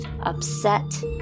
upset